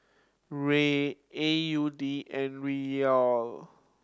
Riel A U D and Riyal